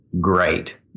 great